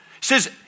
says